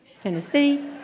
Tennessee